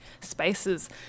spaces